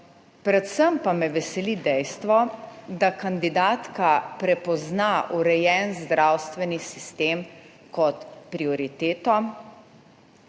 Predvsem pa me veseli dejstvo, da kandidatka prepozna urejen zdravstveni sistem kot prioriteto,